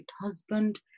husband